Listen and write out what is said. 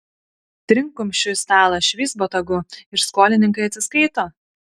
trinkt kumščiu į stalą švyst botagu ir skolininkai atsiskaito